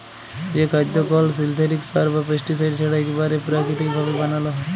যে খাদ্য কল সিলথেটিক সার বা পেস্টিসাইড ছাড়া ইকবারে পেরাকিতিক ভাবে বানালো হয়